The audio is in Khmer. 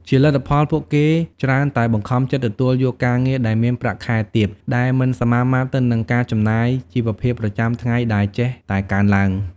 ជាលទ្ធផល ពួកគេច្រើនតែបង្ខំចិត្តទទួលយកការងារដែលមានប្រាក់ខែទាប ដែលមិនសមាមាត្រទៅនឹងការចំណាយជីវភាពប្រចាំថ្ងៃដែលចេះតែកើនឡើង។